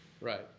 Right